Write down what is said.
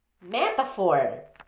metaphor